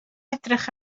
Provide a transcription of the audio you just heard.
edrych